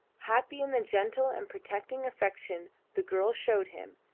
happy in the gentle and protecting affection the girl showed him,